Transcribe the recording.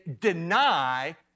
deny